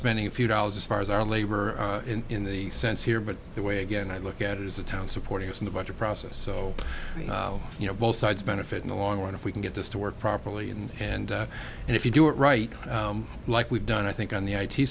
spending a few dollars as far as our labor in the sense here but the way again i look at it as a town supporting us in the budget process so you know both sides benefit in the long run if we can get this to work properly and and and if you do it right like we've done i think on the i